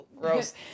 gross